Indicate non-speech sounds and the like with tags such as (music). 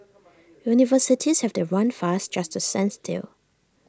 (noise) universities have to run fast just to stand still